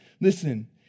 Listen